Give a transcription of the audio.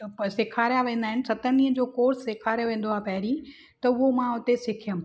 सेखारिया वेंदा आहिनि सतनि ॾींहंनि जो कोर्स सेखारियो वेंदो आहे पहिरीं त उहो मां उते सिखियमि